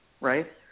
right